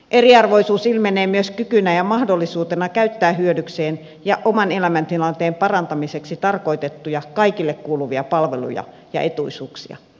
eriarvoisuus ilmenee myös kykynä ja mahdollisuutena käyttää hyödykseen oman elämäntilanteen parantamiseksi tarkoitettuja kaikille kuuluvia palveluja ja etuisuuksia